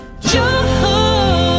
joy